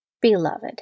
Beloved